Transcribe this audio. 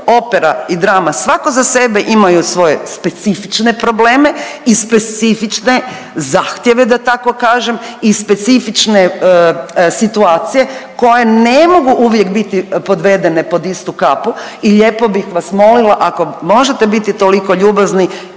opera i drama svako za sebe imaju svoje specifične probleme i specifične zahtjeve da tako kažem i specifične situacije koje ne mogu uvijek biti podvedene pod istu kapu i lijepo bih vas molila da ako možete biti toliko ljubazni